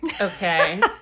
Okay